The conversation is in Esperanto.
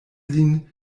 lin